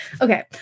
Okay